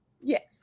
yes